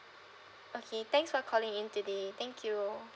okay thanks for calling in today thank you